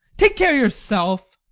take care yourself!